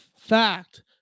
fact